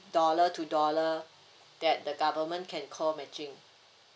dollar to dollar that the government can call matching